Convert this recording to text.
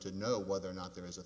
to know whether or not there is a